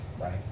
right